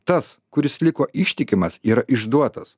tas kuris liko ištikimas ir išduotas